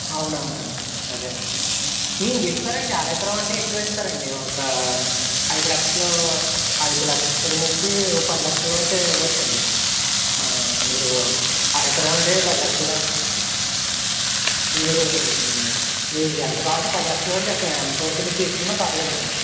అవునవునండి అదే ఇస్తారు అండి అర ఎకరం అంటే ఎక్కువ ఇస్తారు అండి ఒక ఐదు లక్షలు ఐదు లక్షల నుంచి ఒక పది లక్షలు వరకు ఇవ్వచ్చు అండి మీరు అర ఎకరం అంటే పది లక్షల దాకా ఇవ్వచ్చు అండి మీరు మీరు ఎంత కావాలంటే పది లక్షల వరకు ఎంత వరకు తీసుకున్న పర్లేదండి